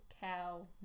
cow